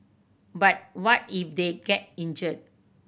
but what if they get injured